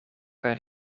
kaj